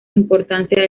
importancia